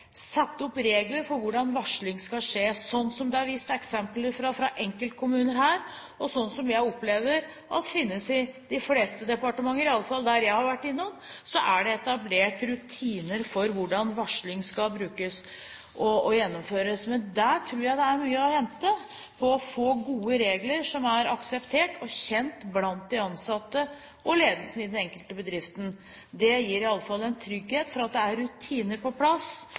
satt opp regler for hvordan varsling skal skje, sånn som det er vist eksempler på fra enkeltkommuner her, og sånn som jeg opplever at finnes i de fleste departementer. I hvert fall der jeg har vært innom, er det etablert rutiner for hvordan varsling skal brukes og gjennomføres. Men der tror jeg det er mye å hente på å få gode regler som er akseptert og kjent blant de ansatte og ledelsen i den enkelte bedriften. Det gir i alle fall en trygghet for at det er rutiner på plass